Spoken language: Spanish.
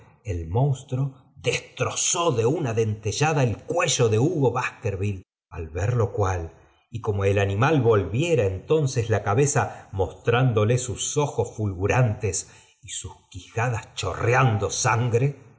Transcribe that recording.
el monstruo desj jmsrozó de una dentellada el cuello de hugo basikervjlle al ver lo cual y como el animal volviera entonces la cabeza mostrándoles bus ojos fulgurantes y sus quijadas chorreando sangre